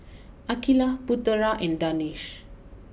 Aqilah Putera and Danish